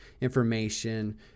information